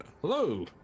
Hello